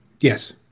Yes